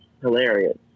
hilarious